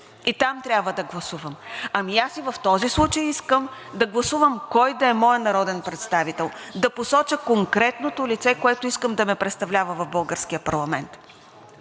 и там трябва да гласувам, ами и в този случай искам да гласувам кой да е моят народен представител, да посоча конкретното лице, което искам да ме представлява в българския парламент.